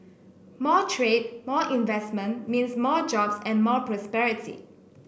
more trade more investment means more jobs and more prosperity